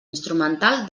instrumental